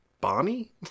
Bonnie